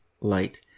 light